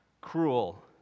cruel